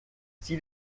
sieh